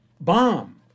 bomb